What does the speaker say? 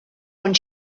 one